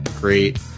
great